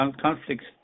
conflicts